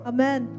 Amen